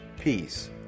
peace